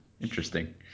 Interesting